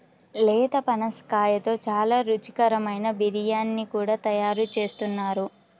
లేత పనసకాయతో చాలా రుచికరమైన బిర్యానీ కూడా తయారు చేస్తున్నారు